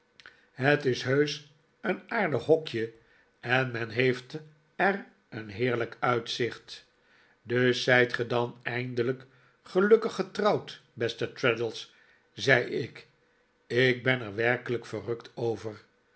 het is heusch een aardig hokje en men heeft er een heerlijk uitzicht dus zijt ge dan eindelijk gelukkig getrouwd beste traddles zei ik ik ben er werkelijk verrukt over